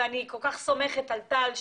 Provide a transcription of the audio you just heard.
אני סומכת מאוד על טל.